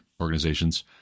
organizations